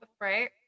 right